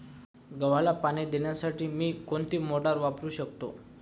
गव्हाला पाणी देण्यासाठी मी कोणती मोटार वापरू शकतो?